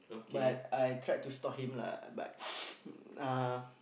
but I tried to stop him lah but uh